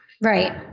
Right